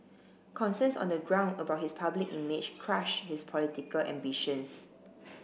concerns on the ground about his public image crushed his political ambitions